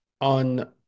On